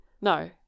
No